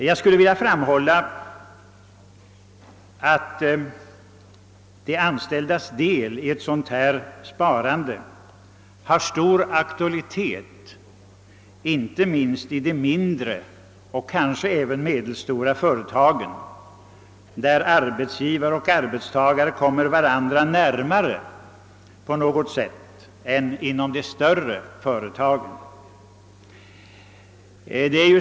Jag skulle vilja framhålla att de anställdas del i ett sådant företagssparande har stor aktualitet inte minst i de mindre och kanske även medelstora företagen där arbetsgivare och arbetstagare kommer varandra närmare än inom de större företagen.